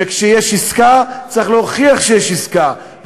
וכשיש עסקה צריך להוכיח שיש עסקה.